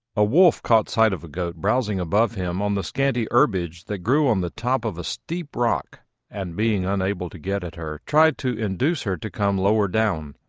a wolf caught sight of a goat browsing above him on the scanty herbage that grew on the top of a steep rock and being unable to get at her, tried to induce her to come lower down.